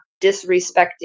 disrespecting